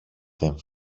δεν